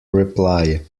reply